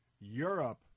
Europe